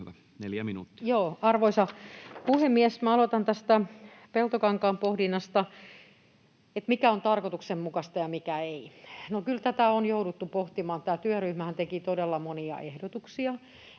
Arvoisa puhemies! Minä aloitan tästä Peltokankaan pohdinnasta, että mikä on tarkoituksenmukaista ja mikä ei. Kyllä tätä on jouduttu pohtimaan. Tämä työryhmähän teki todella monia ehdotuksia,